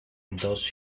dos